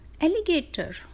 alligator